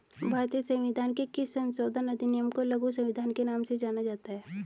भारतीय संविधान के किस संशोधन अधिनियम को लघु संविधान के नाम से जाना जाता है?